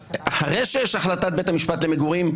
אחרי שיש החלטת בית המשפט לגבי מגורים,